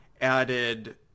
added